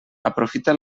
aprofita